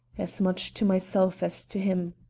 as much to myself as to him.